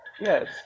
Yes